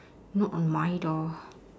not on my door